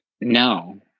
no